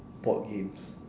board games